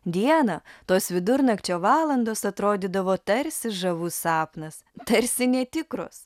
dieną tos vidurnakčio valandos atrodydavo tarsi žavus sapnas tarsi netikros